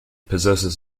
possesses